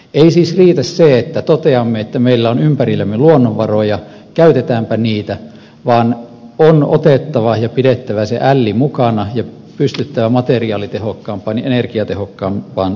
ei siis riitä se että toteamme että meillä on ympärillämme luonnonvaroja käytetäänpä niitä vaan on otettava ja pidettävä se älli mukana ja pystyttävä materiaalitehokkaampaan ja energiatehokkaampaan suorittamiseen